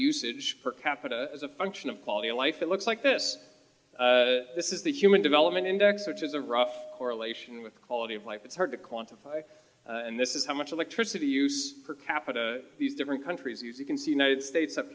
usage per capita as a function of quality of life it looks like this this is the human development index which is the raw correlation with quality of life it's hard to quantify and this is how much electricity used per capita these different countries you can see united states up